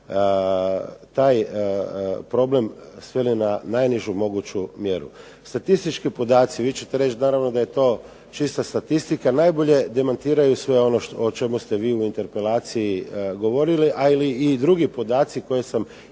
bi taj problem sveli na najnižu moguću mjeru. Statistički podaci, vi ćete naravno reći da je to čista statistika najbolje demantiraju sve ono o čemu ste vi u interpelaciji govorili a i drugi podaci koje sam iznio